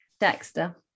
Dexter